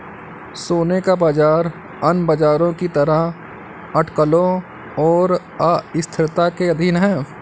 सोने का बाजार अन्य बाजारों की तरह अटकलों और अस्थिरता के अधीन है